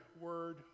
Word